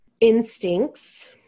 instincts